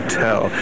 tell